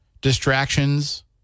distractions